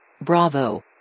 Bravo